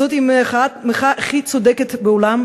זאת המחאה הכי צודקת בעולם,